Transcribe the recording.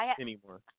anymore